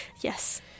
Yes